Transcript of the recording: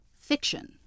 fiction